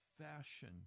fashion